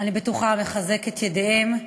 אני בטוחה, מחזק את ידיהן.